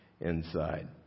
inside